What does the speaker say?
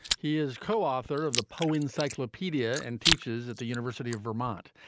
he is co-author of the poe encyclopedia and teaches at the university of vermont.